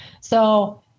So-